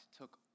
took